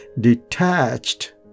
detached